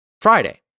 Friday